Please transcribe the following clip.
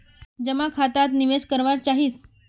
जमा खाता त निवेदन करवा चाहीस?